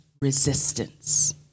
resistance